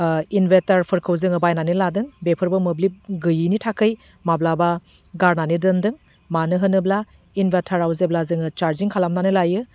इनभेटारफोरखौ जोङो बायनानै लादों बेफोरबो मोब्लिब गैयैनि थाखै माब्लाबा गारनानै दोनदों मानो होनोब्ला इनभारटाराव जेब्ला जोङो चारजिं खालामनानै लायो